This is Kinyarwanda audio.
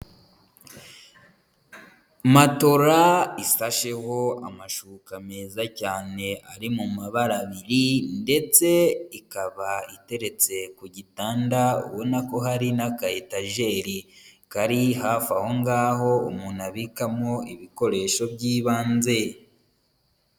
matora isasheho amashuka meza cyane ari mu mabara abiri ndetse ikaba iteretse ku gitanda ubona ko hari n'akayitajeri, kari hafi ahongaho umuntu abikamo ibikoresho by'ibanze.